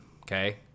Okay